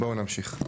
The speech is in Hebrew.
בואו נמשיך.